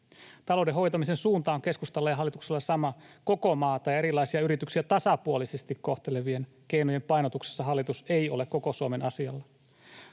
Talouden hoitamisen suunta on keskustalla ja hallituksella sama — koko maata ja erilaisia yrityksiä tasapuolisesti kohtelevien keinojen painotuksessa hallitus ei ole koko Suomen asialla.